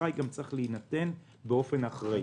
האשראי צריך גם להינתן באופן אחראי.